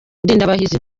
ndindabahizi